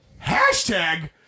hashtag